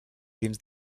dins